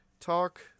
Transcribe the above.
Talk